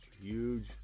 huge